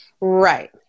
right